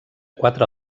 quatre